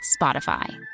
Spotify